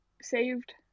saved